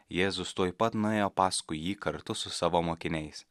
jėzus tuoj pat nuėjo paskui jį kartu su savo mokiniais